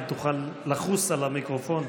אם תוכל לחוס על המיקרופון,